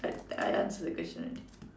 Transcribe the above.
I I answered the question already